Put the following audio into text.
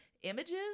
images